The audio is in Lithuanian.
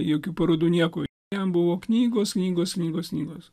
jokių parodų nieko jam buvo knygos knygos knygos knygos